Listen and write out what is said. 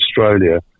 Australia